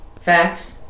Facts